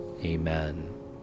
Amen